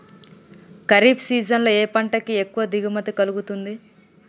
Kharif season లో ఏ పంట కి ఎక్కువ దిగుమతి కలుగుతుంది?